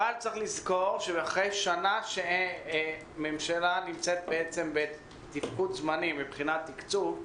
אבל צריך לזכור שאחרי שנה שהממשלה נמצאת בתפקוד זמני מבחינת תקצוב,